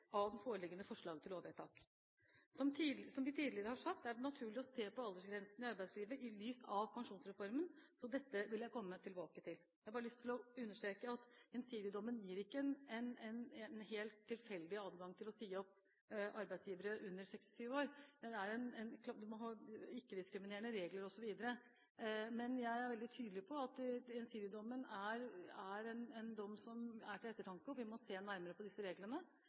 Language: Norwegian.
av det foreliggende forslaget til lovvedtak. Som vi tidligere har sagt, er det naturlig å se på aldersgrensene i arbeidslivet i lys av pensjonsreformen, så dette vil jeg komme tilbake til. Jeg har bare lyst til å understreke at Gjensidige-dommen ikke gir en helt tilfeldig adgang til å si opp arbeidstakere under 67 år. Det er klart at vi må ha ikke-diskriminerede regler osv. Men jeg er veldig tydelig på at Gjensidige-dommen er en dom til ettertanke, og at vi må se nærmere på disse reglene.